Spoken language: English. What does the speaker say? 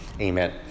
amen